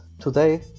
Today